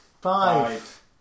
Five